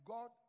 God